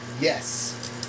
yes